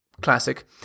classic